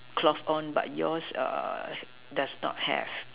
cloth on but yours does not have